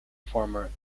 former